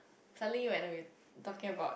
suddenly when we talking about